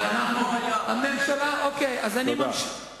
ואתם יודעים את זה טוב מאוד.